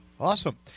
Awesome